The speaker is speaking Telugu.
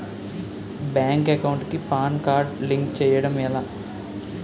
బ్యాంక్ అకౌంట్ కి పాన్ కార్డ్ లింక్ చేయడం ఎలా?